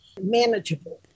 manageable